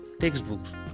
textbooks